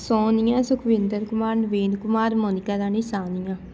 Sonia Sukhwinder Kumar Naveen Kumar Monika Rani Sania